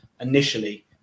initially